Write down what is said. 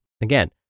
Again